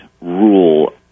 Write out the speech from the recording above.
rule